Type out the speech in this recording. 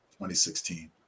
2016